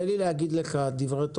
תן לי להגיד לך דברי הוכחה.